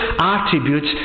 attributes